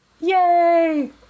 Yay